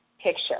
picture